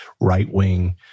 right-wing